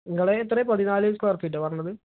നിങ്ങളുടേത് എത്രയാണ് പതിനാല് സ്ക്വയർ ഫീറ്റാണോ പറഞ്ഞത്